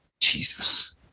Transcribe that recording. Jesus